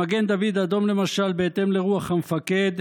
במגן דוד אדום, למשל, בהתאם לרוח המפקד,